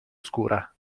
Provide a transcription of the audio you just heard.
oscura